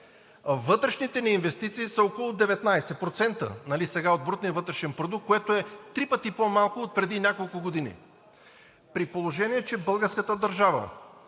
Вътрешните ни инвестиции са около 19% от брутния вътрешен продукт, което е три пъти по-малко отпреди няколко години. При положение че българската държава